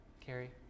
Carrie